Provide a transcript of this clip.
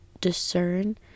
discern